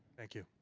thank you.